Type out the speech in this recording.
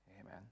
Amen